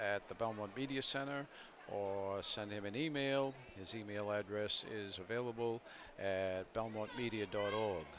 at the belmont media center or send him an e mail his e mail address is available at belmont media do